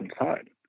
inside